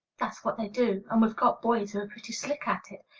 that's what they do and we've got boys are pretty slick at it.